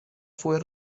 fue